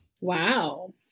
Wow